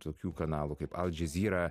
tokių kanalų kaip aldžezyra